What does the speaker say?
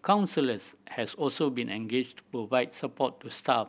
counsellors has also been engaged provide support to staff